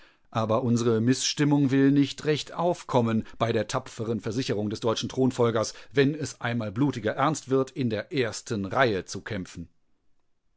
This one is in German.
aber unsere mißstimmung will nicht recht aufkommen bei der tapferen versicherung des deutschen thronfolgers wenn es einmal blutiger ernst wird in der ersten reihe zu kämpfen